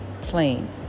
plane